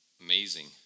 Amazing